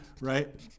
right